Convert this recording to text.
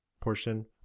portion